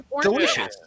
Delicious